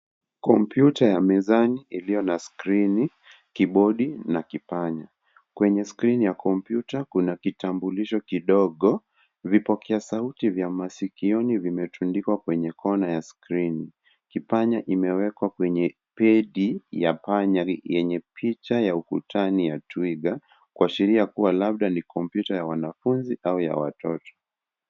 Kompyuta ya mezani iliyo na skrini, kibodi na kipanya. Kwenye skrini ya kompyuta kuna kitambulisho kidogo, vipokea sauti vya masikioni vimetundikwa kwenye kona ya skrini. Kipanya imewekwa kwenye pedi ya panya yenye picha ya ukutani ya twiga kuashiria kuwa labda ni computer ya wanafunzi au ya watoto.